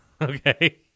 Okay